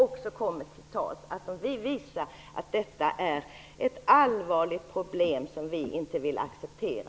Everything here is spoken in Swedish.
Vi vill visa att detta är ett allvarligt problem som vi inte vill acceptera.